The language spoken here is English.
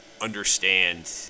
understand